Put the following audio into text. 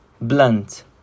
blunt